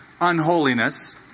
unholiness